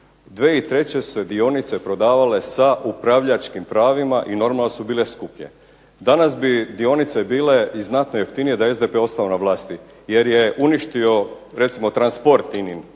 2003. su se dionice prodavale sa upravljačkim pravim a i normalno da su bile skuplje. Danas bi dionice bile i znatno jeftinije da je SDP ostao na vlasti, jer je uništio recimo transport INA-in,